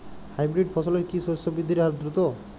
Hybrid ফসলের কি শস্য বৃদ্ধির হার দ্রুত?